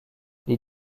les